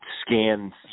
scan